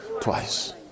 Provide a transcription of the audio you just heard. twice